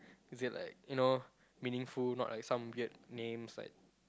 then like you know meaningful not like some weird names like